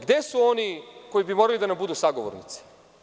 Gde su oni koji bi morali da nam budu sagovornici?